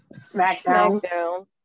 SmackDown